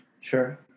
Sure